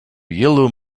yellow